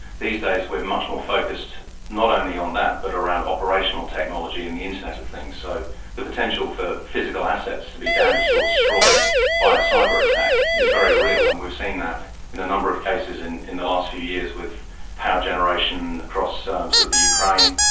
these days we are much more focused not only on that but around operational technology and the internet of things. so the potential for physical assets to be damaged or destroyed by a cyber attack is very real and we've seen that in a number of cases in in the last few years with power generation across um sort of the ukraine,